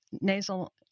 nasal